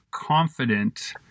confident